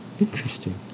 Interesting